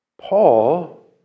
Paul